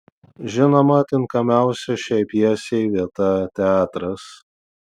žinoma tinkamiausia šiai pjesei vieta teatras